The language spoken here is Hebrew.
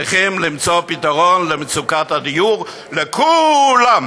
צריכים למצוא פתרון למצוקת הדיור לכו-לם.